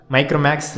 Micromax